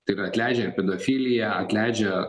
tai yra atleidžia pedofiliją atleidžia